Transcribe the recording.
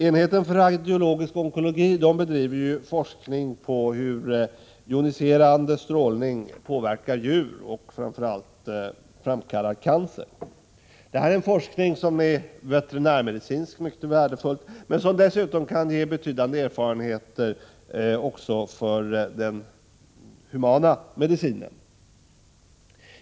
Enheten för radiologisk onkologi bedriver forskning om hur joniserande strålning påverkar djur och, framför allt, framkallar cancer. Det är en veterinärmedicinskt mycket värdefull forskning, men den kan också ge betydande erfarenheter för den humana medicinen.